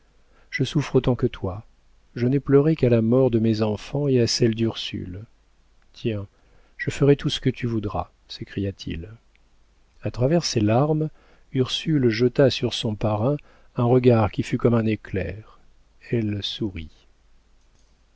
je souffre autant que toi je n'ai pleuré qu'à la mort de mes enfants et à celle d'ursule tiens je ferai tout ce que tu voudras s'écria-t-il a travers ses larmes ursule jeta sur son parrain un regard qui fut comme un éclair elle sourit